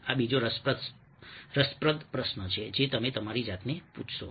આ બીજો રસપ્રદ પ્રશ્ન છે જે તમે તમારી જાતને પૂછશો